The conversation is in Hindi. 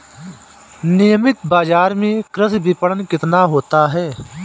नियमित बाज़ार में कृषि विपणन कितना होता है?